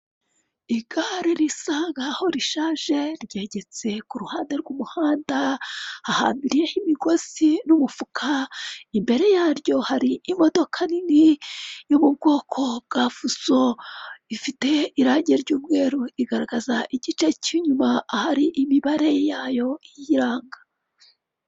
Igare risa nk'aho rishaje ryegetse ku ruhande rw'umuhanda, hahambiriyeho imigozi n'umufuka. Imbere yaryo hari imodoka nini yo mu bwoko bwa fuso ifite irangi ry'umweru, igaragaza igice cy'inyuma, ahari imibare yayo iyiranga.